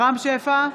רם שפע,